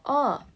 orh